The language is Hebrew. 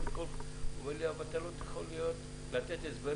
הוא אמר לי: אבל אתה לא יכול לתת הסברים